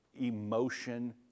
emotion